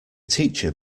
teacher